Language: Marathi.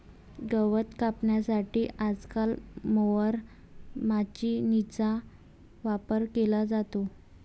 गवत कापण्यासाठी आजकाल मोवर माचीनीचा वापर केला जातो